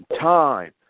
time